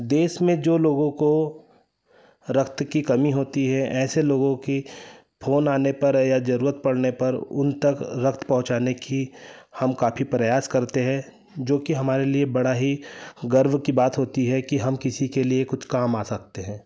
देश में जो लोगों को रक्त की कमी होती है ऐसे लोगों की फोन आने पर है या जरूरत पड़ने पर उन तक रक्त पहुँचाने की हम काफी प्रयास करते हैं जो कि हमारे लिए बड़ा ही गर्व की बात होती है कि हम किसी के लिए कुछ काम आ सकते हैं